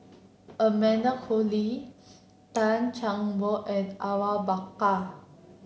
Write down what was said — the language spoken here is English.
Amanda Koe Lee Tan Chan Boon and Awang Bakar